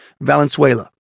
Valenzuela